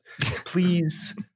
Please